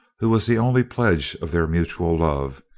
who was the only pledge of their mutual love,